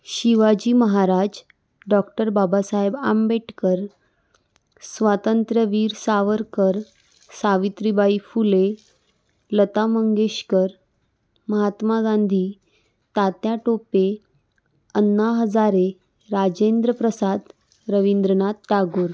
Shivaji Maharaj doctor Babasaheb Ambedkar Swatantryaveer Savarkar Savitribai Phule Lata Mangeshkar Mahatma Gandhi Tatya Tope Anna Hazare Rajendra Prasad Rabindranath Tagore